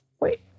Wait